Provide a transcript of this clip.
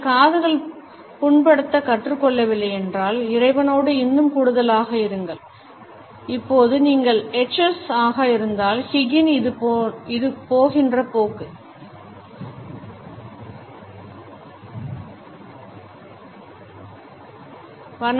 நீங்கள் காதுகள் புண்படுத்த கற்றுக்கொள்ளவில்லையென்றால் இறைவனோடு இன்னும் கூடுதலாக இருங்கள் இப்போது நீங்கள் etches ஆக இருந்தால் Higgin இது போகின்ற போக்கு ஜார்ஜ் ஷா மற்றொரு வாய்ப்பு கொடுங்கள்